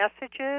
Messages